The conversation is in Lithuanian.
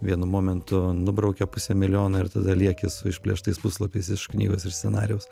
vienu momentu nubraukia pusę milijono ir tada lieki su išplėštais puslapiais iš knygos iš scenarijaus